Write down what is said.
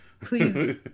please